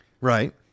Right